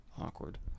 Awkward